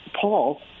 Paul